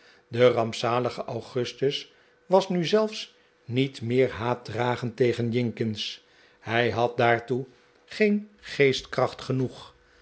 de rampzalige augustus was nu zelfs niet meer haatdragend tegerj i jinkins hij had daartoe geen geestkracht genoeg